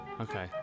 Okay